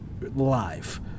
live